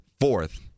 Fourth